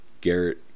garrett